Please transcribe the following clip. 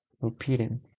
repeating